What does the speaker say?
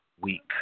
Week